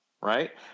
right